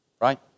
right